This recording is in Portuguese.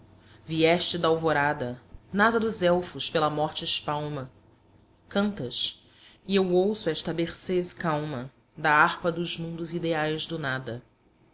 passado vieste dalvorada nasa dos elfos pela morte espalma cantas e eu ouço esta berceuse calma da harpa dos mundos ideais do nada